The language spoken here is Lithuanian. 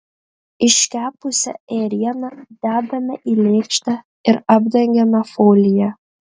iškepusią ėrieną dedame į lėkštę ir apdengiame folija